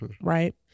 right